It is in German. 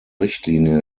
richtlinie